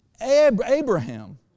Abraham